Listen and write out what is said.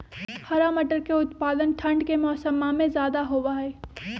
हरा मटर के उत्पादन ठंढ़ के मौसम्मा में ज्यादा होबा हई